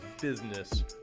Business